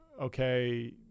okay